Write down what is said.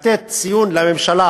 לתת ציון לממשלה